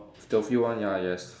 the few one ya yes